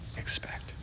expect